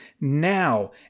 now